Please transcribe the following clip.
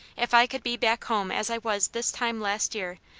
if i could be back home as i was this time last year,